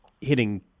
hitting